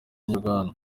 inyarwanda